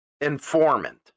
informant